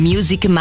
Music